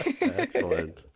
Excellent